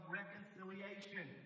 reconciliation